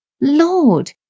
Lord